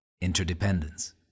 interdependence